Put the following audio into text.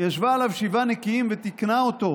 ישבה עליו שבעה נקיים ותיקנה אותו,